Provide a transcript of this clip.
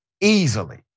easily